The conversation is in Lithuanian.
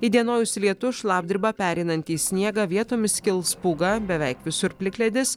įdienojus lietus šlapdriba pereinanti į sniegą vietomis kils pūga beveik visur plikledis